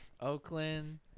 Oakland